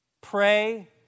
Pray